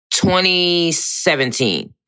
2017